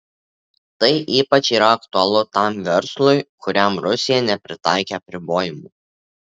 tai ypač yra aktualu tam verslui kuriam rusija nepritaikė apribojimų